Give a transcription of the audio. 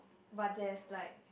but there's like